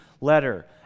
letter